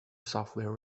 software